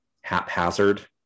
haphazard